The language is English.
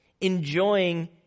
enjoying